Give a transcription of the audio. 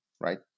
right